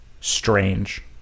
strange